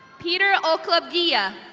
peter oklapeeya.